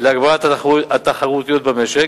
להגברת התחרותיות במשק.